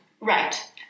Right